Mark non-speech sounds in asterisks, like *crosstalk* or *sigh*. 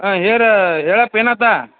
ಹಾಂ ಹೇಳಿ ಹೇಳಿ *unintelligible*